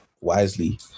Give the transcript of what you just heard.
wisely